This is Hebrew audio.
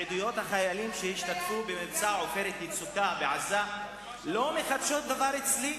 עדויות החיילים שהשתתפו במבצע "עופרת יצוקה" בעזה לא מחדשות דבר אצלי,